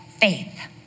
faith